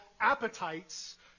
appetites